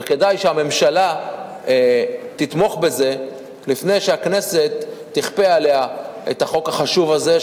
וכדאי שהממשלה תתמוך בזה לפני שהכנסת תכפה עליה את החוק החשוב הזה,